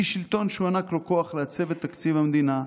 איש שלטון שהוענק לו כוח לעצב את תקציב המדינה,